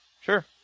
sure